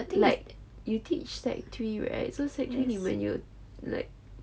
like you teach sec three right so sec three 你们有 like